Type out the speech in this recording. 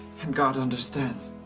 and god understands.